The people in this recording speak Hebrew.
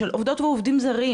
של עובדות ועובדים זרים,